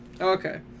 Okay